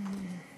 נוכח.